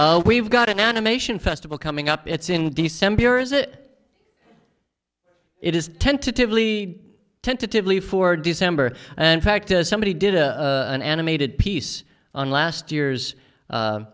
g we've got an animation festival coming up it's in december or is it it is tentatively tentatively for december and fact is somebody did a and animated piece on last year's